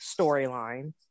storyline